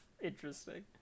Interesting